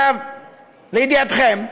לידיעתכם,